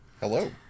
Hello